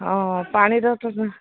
ହଁ ପାଣିର